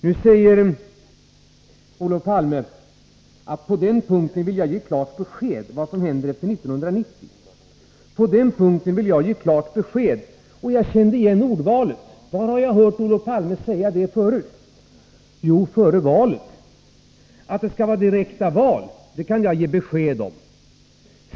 Nu säger Olof Palme att han vill ge klart besked om vad som händer efter 1990. ”På den punkten vill jag ge klart besked.” Jag kände igen ordvalet. Var har jag hört Olof Palme säga det förut? Jo, före valet. Att det skall vara direkta val, kan jag ge besked om, sade Olof Palme då.